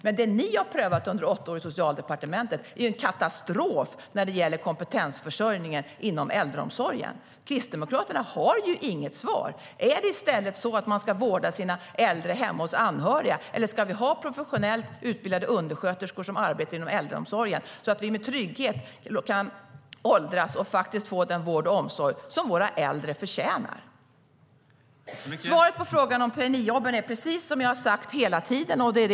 Men det ni har prövat under åtta år i Socialdepartementet är en katastrof när det gäller kompetensförsörjningen inom äldreomsorgen. Svaret på frågan om traineejobben är vad jag har sagt hela tiden.